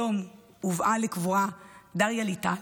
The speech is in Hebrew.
היום הובאה לקבורה דריה לייטל,